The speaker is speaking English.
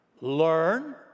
Learn